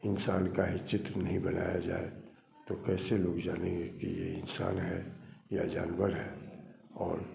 इंसान का ही चित्र नहीं बनाया जाए तो कैसे लोग जानेंगे कि यह इंसान है या जानवर है और